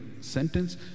sentence